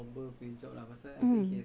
oh